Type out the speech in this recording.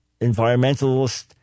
environmentalist